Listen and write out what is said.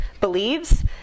believes